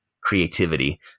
creativity